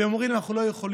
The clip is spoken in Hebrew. והם אומרים: אנחנו לא יכולים.